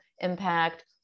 impact